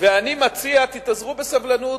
ואני מציע, תתאזרו בסבלנות.